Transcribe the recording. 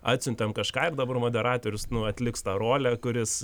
atsiuntėm kažką ir dabar moderatorius atliks tą rolę kuris